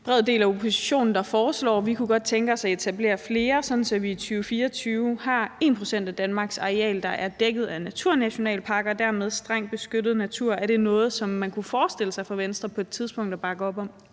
bred del af oppositionen foreslår. Vi kunne godt tænke os at etablere flere, så 1 pct. af Danmarks areal i 2024 er dækket af naturnationalparker og dermed er strengt beskyttet natur. Er det noget, man kunne forestille sig at Venstre på et tidspunkt kunne bakke op om?